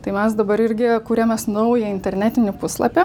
tai mes dabar irgi kuriamės naują internetinį puslapį